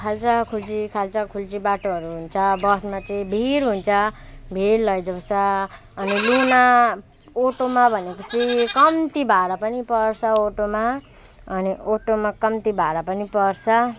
खाल्चा खुल्ची खाल्चा खुल्ची बाटोहरू हुन्छ बसमा चाहिँ भिड हुन्छ भिड लैजाउँछ अनि लुना अटोमा भनेको चाहिँ कम्ती भाडा पनि पर्छ अटोमा अनि अटोमा कम्ती भाडा पनि पर्छ